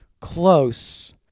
close